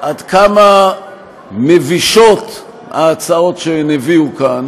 עד כמה מבישות ההצעות שהן הביאו כאן,